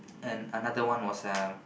and another one was um